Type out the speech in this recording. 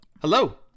Hello